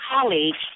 colleagues